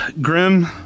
Grim